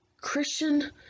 Christian